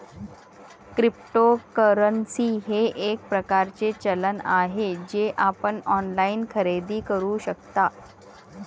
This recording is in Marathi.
क्रिप्टोकरन्सी हे एक प्रकारचे चलन आहे जे आपण ऑनलाइन खरेदी करू शकता